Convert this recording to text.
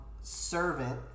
servant